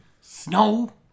snow